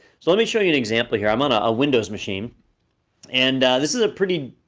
so let me show you an example here, i'm on ah a windows machine and this is a pretty,